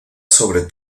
sobre